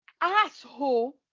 asshole